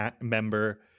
member